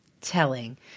telling